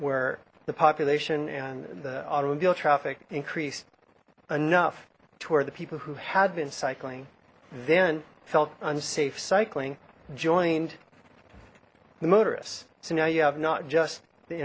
where the population and the automobile traffic increased enough toward the people who had been cycling then felt unsafe cycling joined the motorists so now you have not just the